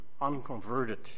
unconverted